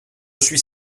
suis